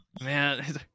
Man